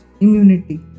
immunity